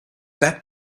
that